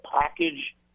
package